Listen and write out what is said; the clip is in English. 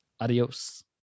Adios